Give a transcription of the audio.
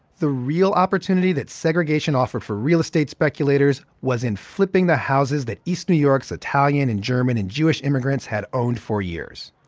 the real opportunity that segregation offered for real estate speculators was in flipping the houses that east new york's italian and german and jewish immigrants had owned for years,